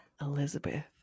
Elizabeth